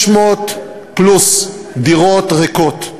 600 פלוס דירות ריקות,